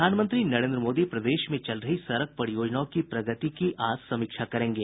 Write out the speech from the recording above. प्रधानमंत्री नरेन्द्र मोदी प्रदेश में चल रही सड़क परियोजनाओं की प्रगति की आज समीक्षा करेंगे